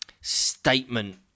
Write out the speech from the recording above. statement